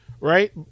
Right